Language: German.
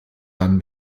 dann